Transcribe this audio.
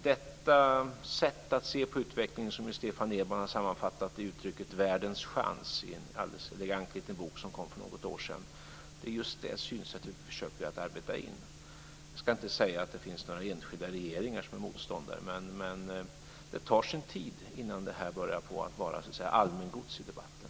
Detta sätt att se på utvecklingen som ju Stefan Edman har sammanfattat i uttrycket "världens chans" i en elegant liten bok som kom för något år sedan är just det synsätt vi försöker att arbeta in. Jag ska inte säga att det finns några enskilda regeringar som är motståndare, men det tar sin tid innan det här börjar vara allmängods i debatten.